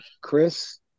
Chris